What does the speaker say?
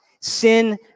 Sin